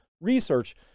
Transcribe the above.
Research